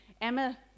Emma